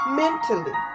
mentally